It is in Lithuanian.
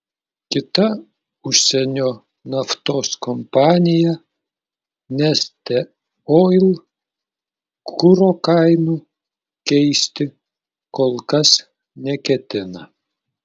kita užsienio naftos kompanija neste oil kuro kainų keisti kol kas neketina